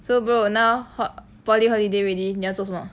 so bro now hor poly holiday already 你要做什么